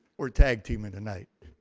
we're tag teaming tonight.